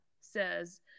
says